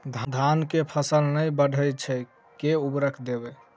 धान कऽ फसल नै बढ़य छै केँ उर्वरक देबै?